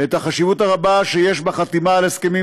את החשיבות הרבה שיש בחתימה על הסכמים